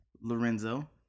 Lorenzo